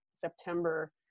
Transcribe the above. September